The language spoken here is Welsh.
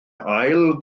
ail